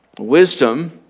Wisdom